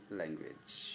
language